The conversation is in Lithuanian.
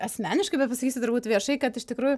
asmeniškai bet pasakysiu turbūt viešai kad iš tikrųjų